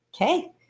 Okay